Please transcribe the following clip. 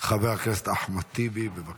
חבר הכנסת אחמד טיבי, בבקשה.